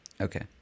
Okay